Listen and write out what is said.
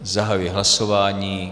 Zahajuji hlasování.